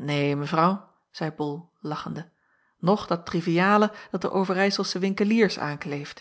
een evrouw zeî ol lachende noch dat triviale dat de verijselsche winkeliers aankleeft